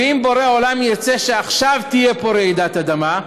ואם בורא עולם ירצה שעכשיו תהיה פה רעידת אדמה,